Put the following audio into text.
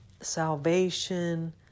salvation